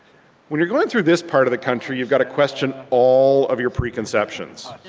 when you're going through this part of the country you've got to question all of your preconceptions.